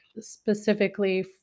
specifically